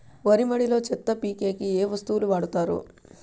వరి మడిలో చెత్త పీకేకి ఏ వస్తువులు వాడుతారు?